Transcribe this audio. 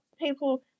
people